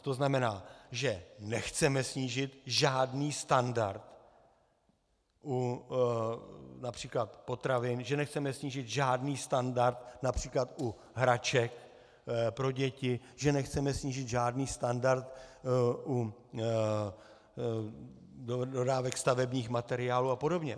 To znamená, že nechceme snížit žádný standard například u potravin, že nechceme snížit žádný standard například u hraček pro děti, že nechceme snížit žádný standard u dodávek stavebních materiálů apod.